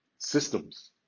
systems